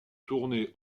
tournée